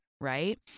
right